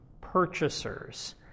purchasers